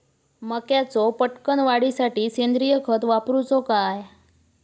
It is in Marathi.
मक्याचो पटकन वाढीसाठी सेंद्रिय खत वापरूचो काय?